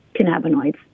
cannabinoids